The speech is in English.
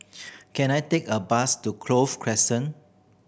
can I take a bus to Clover Crescent